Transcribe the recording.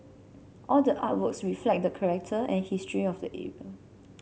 all the artworks reflect the character and history of the era